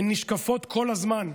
הן נשקפות כל הזמן.